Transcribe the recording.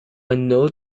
note